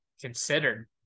considered